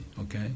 okay